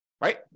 right